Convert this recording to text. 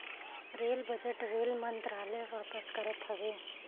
rail budget rail मंत्रालय पास करत हवे